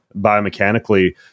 biomechanically